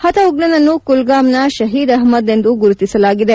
ಹತ ಉಗ್ರನನ್ನು ಕುಲ್ಲಾಮ್ನ ಶಹೀದ್ ಅಹ್ಮದ್ ಎಂದು ಗುರುತಿಸಲಾಗಿದೆ